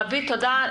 רווית תודה.